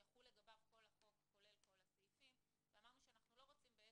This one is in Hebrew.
יחול לגביו כל החוק כולל כל הסעיפים ואמרנו שאנחנו לא רוצים,